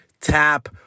tap